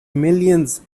millions